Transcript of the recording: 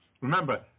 Remember